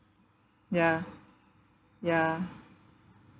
ya ya